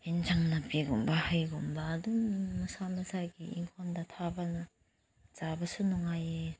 ꯌꯦꯟꯁꯥꯡ ꯅꯥꯄꯤꯒꯨꯝꯕ ꯍꯩꯒꯨꯝꯕ ꯑꯗꯨꯝ ꯃꯁꯥ ꯃꯁꯥꯒꯤ ꯏꯪꯈꯣꯜꯗ ꯊꯥꯕꯅ ꯆꯥꯕꯁꯨ ꯅꯨꯡꯉꯥꯏ